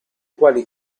quali